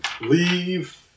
leave